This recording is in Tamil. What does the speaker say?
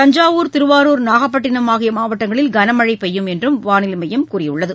தஞ்சாவூர் திருவாருர் நாகப்பட்டிம் ஆகிய மாவட்டங்களில் கனமழை பெய்யும் என்று வானிலை மையம் கூறியுள்ளகு